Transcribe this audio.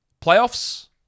playoffs